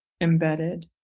embedded